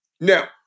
Now